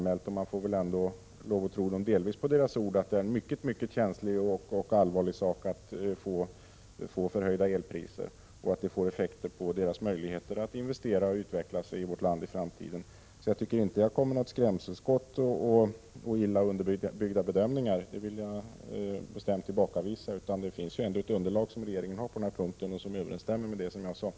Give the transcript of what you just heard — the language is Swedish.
Man får väl åtminstone delvis tro dem på deras ord när de säger att förhöjda elpriser är en mycket känslig och allvarlig sak, som får effekter på deras möjligheter att investera och utvecklas i vårt land i framtiden. Jag tycker alltså inte att jag kommit med något skrämskott eller med några illa underbyggda bedömningar — det vill jag bestämt tillbakavisa. Det underlag som regeringen har på denna punkt överensstämmer faktiskt med det som jag sade.